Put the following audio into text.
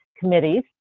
committees